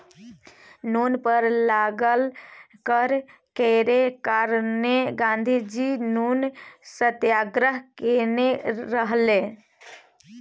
नुन पर लागल कर केर कारणेँ गाँधीजी नुन सत्याग्रह केने रहय